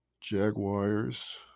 Jaguars